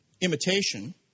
imitation